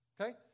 Okay